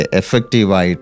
effective